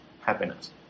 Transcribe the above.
happiness